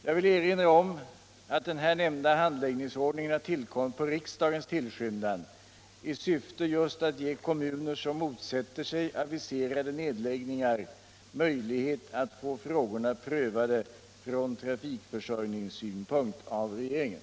Jag vill erinra om att den här nämnda handläggningsordningen har tillkommit på riksdagens tillskyndan i syfte just att ge kommuner som motsätter sig aviserade nedläggningar möjlighet att få frågorna prövade från trafikförsörjningssynpunkt av regeringen.